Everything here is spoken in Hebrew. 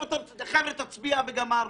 תצביע וגמרנו.